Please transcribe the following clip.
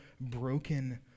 broken